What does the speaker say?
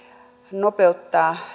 nopeuttaa